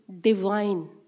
divine